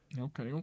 Okay